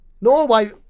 Norway